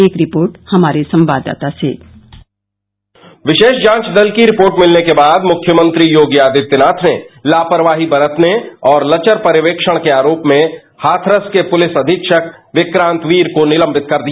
एक रिपोर्ट हमारे संवाददाता से विशेष जांच दल की रिपोर्ट मिलने के बाद मुख्यमंत्री योगी आदित्यनाथ ने लापरवाही बरतने और लचर पर्यवेक्षण के आरोप में हाथरस के पुलिस अधीक्षक विक्रांत वीर को निलंबित कर दिया